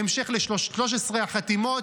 בהמשך ל-13 החתימות,